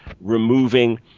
removing